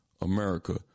America